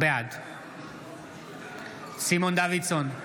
בעד סימון דוידסון,